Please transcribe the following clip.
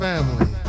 Family